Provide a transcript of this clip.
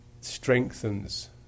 strengthens